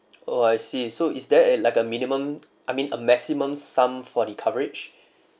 oh I see so is there a like a minimum I mean a maximum sum for the coverage